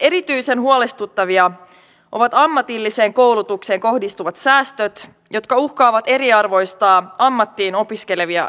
erityisen huolestuttavia ovat ammatilliseen koulutukseen kohdistuvat säästöt jotka uhkaavat eriarvoistaa ammattiin opiskelevia entuudestaan